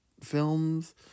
films